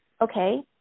Okay